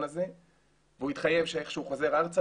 הזה והוא התחייב שאיך שהוא חוזר ארצה,